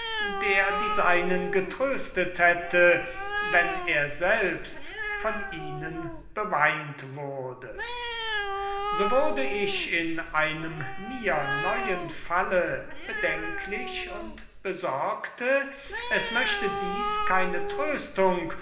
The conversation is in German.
der die seinen getröstet hätte wenn er selbst von ihnen beweint wurde so wurde ich in einem mir neuen falle bedenklich und besorgte es möchte dies keine tröstung